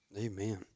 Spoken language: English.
amen